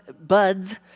buds